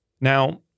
Now